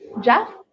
Jeff